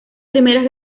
primeras